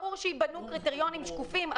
ברור שייבנו קריטריונים שקופים,